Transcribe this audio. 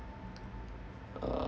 uh